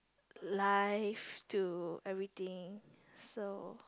life to everything so